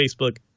facebook